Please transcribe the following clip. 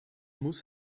muss